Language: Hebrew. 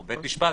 או בית משפט.